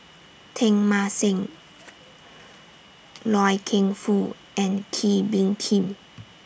Teng Mah Seng Loy Keng Foo and Kee Bee Khim